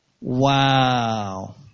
Wow